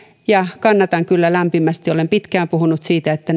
että kannatamme kyllä lämpimästi sitä ja olen pitkään puhunut siitä että